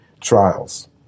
trials